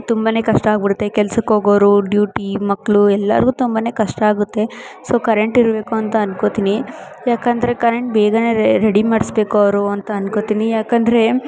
ತುಂಬ ಕಷ್ಟ ಆಗ್ಬಿಡುತ್ತೆ ಕೆಲ್ಸಕ್ಕೆ ಹೋಗೋರು ಡ್ಯೂಟಿ ಮಕ್ಕಳು ಎಲ್ಲರ್ಗೂ ತುಂಬ ಕಷ್ಟ ಆಗುತ್ತೆ ಸೊ ಕರೆಂಟ್ ಇರಬೇಕು ಅಂತ ಅನ್ಕೋತೀನಿ ಏಕಂದ್ರೆ ಕರೆಂಟ್ ಬೇಗನೆ ರೆಡಿ ಮಾಡಿಸ್ಬೇಕು ಅವರು ಅಂತ ಅನ್ಕೋತೀನಿ ಏಕಂದ್ರೆ